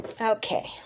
Okay